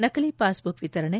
ನಕಲಿ ಪಾಸ್ಬುಕ್ ವಿತರಣೆ